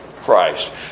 Christ